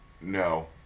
no